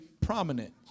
prominent